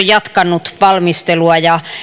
jatkanut valmistelua ja